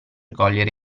cogliere